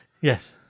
Yes